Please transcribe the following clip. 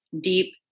deep